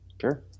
Sure